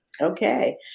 Okay